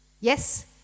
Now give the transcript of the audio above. Yes